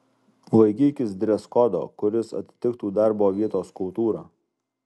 laikykis dreskodo kuris atitiktų darbo vietos kultūrą